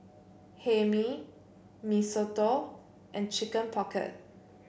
Hae Mee Mee Soto and Chicken Pocket